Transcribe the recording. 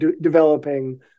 developing